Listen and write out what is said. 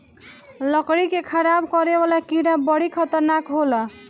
लकड़ी के खराब करे वाला कीड़ा बड़ी खतरनाक होला